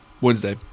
Wednesday